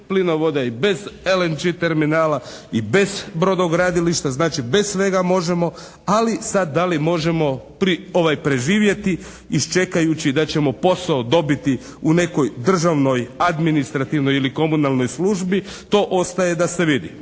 plinovoda, i bez LNG terminala, i bez brodogradilišta. Znači, bez svega možemo, ali sad da li možemo preživjeti iščekajući da ćemo posao dobiti u nekoj državnoj administrativnoj ili komunalnoj službi to ostaje da se vidi.